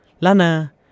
Lana